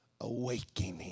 awakening